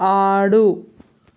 ఆడు